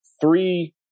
three